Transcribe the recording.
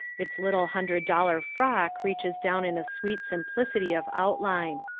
its little hundred dollar frock reaches down in a sweet simplicity of outline.